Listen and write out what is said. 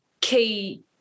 key